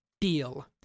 Deal